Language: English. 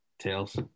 Tails